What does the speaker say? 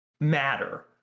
matter